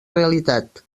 realitat